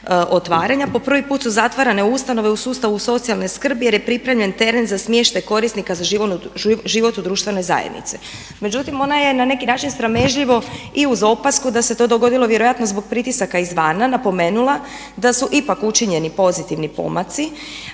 po prvi put su zatvarane ustanove u sustavu socijalne skrbi jer je pripremljen teren za smještaj korisnika za život u društvenoj zajednici. Međutim, ona je na neki način sramežljivo i uz opasku da se to dogodilo vjerojatno zbog pritisaka iz van napomenula da su ipak učinjeni pozitivni pomaci.